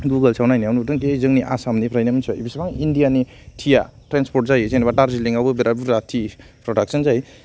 गुगल्सआव नायनायाव नुदों कि जोंनि आसामनिफ्रायनो मोनसिबाय बेसेबां इन्डियानि टि आ ट्रेसनपर्ट जायो दार्जिलिंआवबो बिरात बुर्जा टि प्रडाक्सन जायो